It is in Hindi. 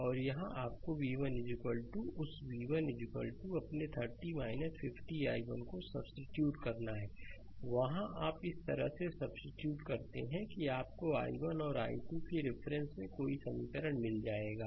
और यहाँ आपको v1 उस v1 अपने 30 5 i1 को सब्सीट्यूट करना है वहाँ आप इस तरह से सब्सीट्यूट करते हैं कि आपको i1 और i2 केरिफरेंस में कोई समीकरण मिल जाएगा